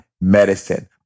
medicine